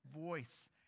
voice